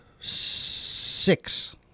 Six